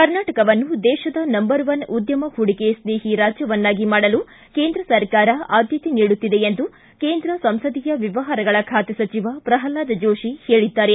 ಕರ್ನಾಟಕವನ್ನು ದೇಶದ number one ಉದ್ಯಮ ಪೂಡಿಕೆ ಸ್ನೇಹಿ ರಾಜ್ಯವನ್ನಾಗಿ ಮಾಡಲು ಕೇಂದ್ರ ಸರ್ಕಾರ ಆದ್ಯತೆ ನೀಡುತ್ತಿದೆ ಎಂದು ಕೇಂದ್ರ ಸಂಸದೀಯ ವ್ಯವಹಾರಗಳ ಖಾತೆ ಸಚಿವ ಪ್ರಹ್ಲಾದ ಜೋಶಿ ಹೇಳಿದ್ದಾರೆ